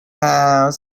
house